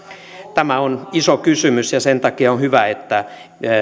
tämä on iso kysymys ja sen takia on hyvä että